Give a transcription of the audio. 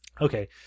Okay